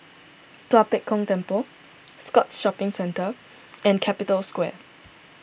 Tua Pek Kong Temple Scotts Shopping Centre and Capital Square